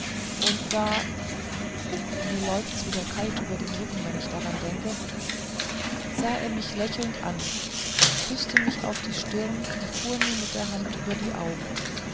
und da mir läuft's wieder eiskalt über den rücken wenn ich daran denke sah er mich lächelnd an küßte mich auf die stirn und fuhr mir mit der hand über die augen